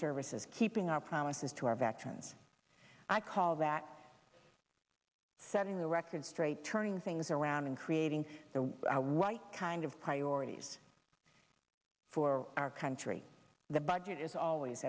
services keeping our promises to our veterans i call that setting the record straight turning things around and creating the white kind of priorities for our country the budget is always